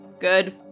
Good